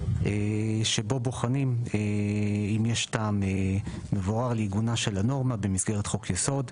שבו בוחנים אם יש טעם מבואר לעיגונה של הנורמה במסגרת חוק-יסוד.